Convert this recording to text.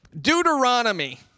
Deuteronomy